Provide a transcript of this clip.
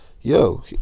yo